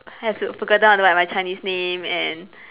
have to forgotten how to write my Chinese name and